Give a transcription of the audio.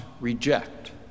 reject